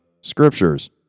scriptures